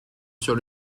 sur